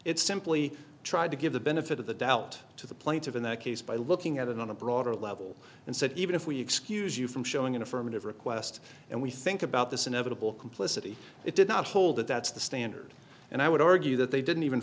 it's simply tried to give the benefit of the doubt to the plaintiff in that case by looking at it on a broader level and said even if we excuse you from showing an affirmative request and we think about this inevitable complicity it did not hold that that's the standard and i would argue that they didn't even